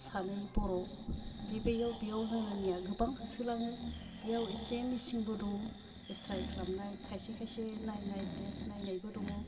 सानै बर' बि बैयाव बेयाव जोंनिया गोबां होसो लाङो बियाव इसे मेचिनबो दङ एक्स रे खालामनाय खायसे खायसे नायनाय टेस्ट नायनायबो दङ